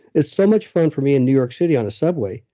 it's so much fun for me in new york city on a subway,